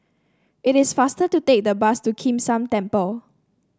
it is faster to take the bus to Kim San Temple